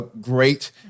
great